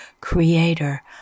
creator